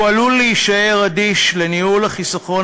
הוא עלול להישאר אדיש לניהול החיסכון